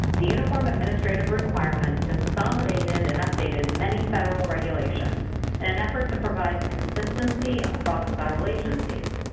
the uniform administrative requirements consolidated and updated many federal regulations in an effort to provide consistency across federal agencies.